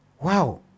Wow